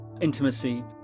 intimacy